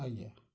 ଆଜ୍ଞା